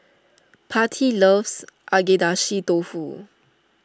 Patti loves Agedashi Dofu